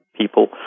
people